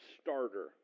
starter